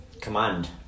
command